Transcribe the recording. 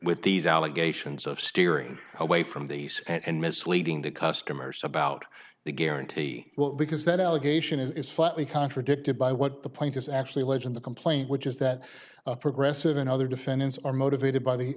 with these allegations of steering away from the sea and misleading the customers about the guarantee well because that allegation is flatly contradicted by what the point is actually legend the complaint which is that progressive and other defendants are motivated b